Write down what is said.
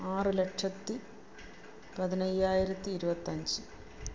ആറ് ലക്ഷത്തി പതിനയ്യായിരത്തി ഇരുപത്തഞ്ച്